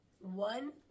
one